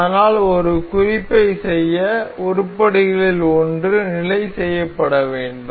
ஆனால் ஒரு குறிப்பைச் செய்ய உருப்படிகளில் ஒன்று நிலை செய்யப்பட வேண்டும்